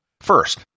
First